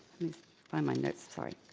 find my notes, sorry.